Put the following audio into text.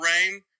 rain